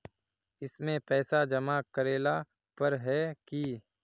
इसमें पैसा जमा करेला पर है की?